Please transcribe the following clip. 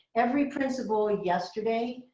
every principal yesterday